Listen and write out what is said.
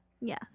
Yes